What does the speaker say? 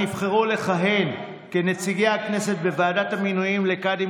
נבחרו לכהן כנציגי הכנסת בוועדת המינויים לקאדים